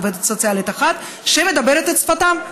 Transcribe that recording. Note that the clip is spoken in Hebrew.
עובדת סוציאלית אחת שמדברת את שפתם.